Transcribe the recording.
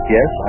Yes